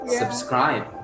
subscribe